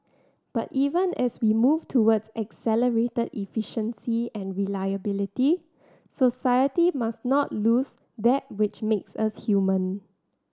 but even as we move towards accelerated efficiency and reliability society must not lose that which makes us human